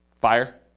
Fire